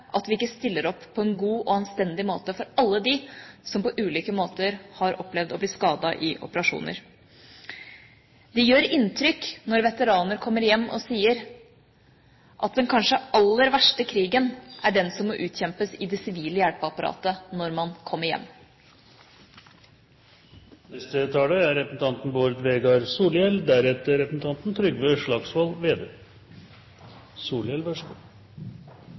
at vi stiller opp på en god og anstendig måte for alle dem som på ulike måter har opplevd å bli skadet i operasjoner. Det gjør inntrykk når veteraner sier at den kanskje aller verste krigen er den som må utkjempes i det sivile hjelpeapparatet når man kommer hjem. Eg synest òg at det er